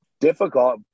difficult